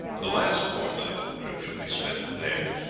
the last fortnight of the trip should be spent there.